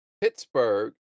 pittsburgh